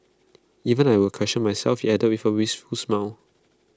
even I will question myself he added with wistful smile